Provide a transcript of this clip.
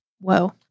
Whoa